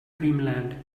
dreamland